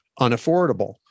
unaffordable